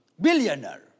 Billionaire